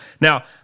Now